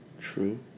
True